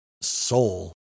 soul